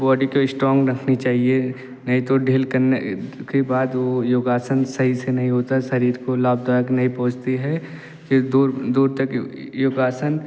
body को strong रखनी चाहिए नहीं तो ढील करने के बाद वो योगासन सही से नहीं होता शरीर को लाभदायक नहीं पहुँचती है कि दूर दूर तक योगासन